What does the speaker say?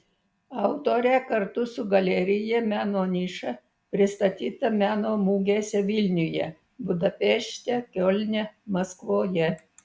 autorė kartu su galerija meno niša pristatyta meno mugėse vilniuje budapešte kiolne maskvoje